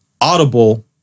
audible